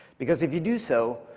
because if you do so,